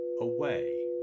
away